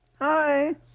hi